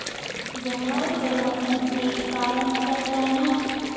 जलवायु परिवर्तन के कारण क्या क्या हैं?